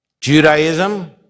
Judaism